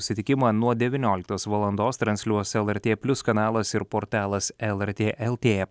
susitikimą nuo devynioliktos valandos transliuos lrt plius kanalas ir portalas lrt lt